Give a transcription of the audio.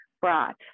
brought